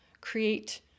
create